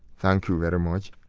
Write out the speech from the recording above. thank you very much.